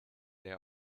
der